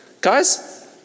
Guys